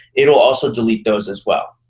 it will also delete those as well.